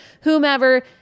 whomever